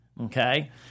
Okay